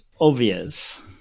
obvious